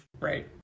Right